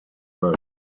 road